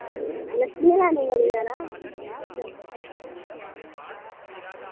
लकड़ियां लैने कदूं जाना